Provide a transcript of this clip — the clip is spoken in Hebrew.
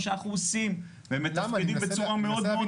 שאנחנו עושים והם מתפקדים בצורה מאוד מאוד חיובית.